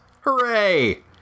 Hooray